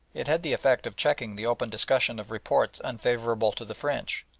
it had the effect of checking the open discussion of reports unfavourable to the french,